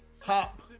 top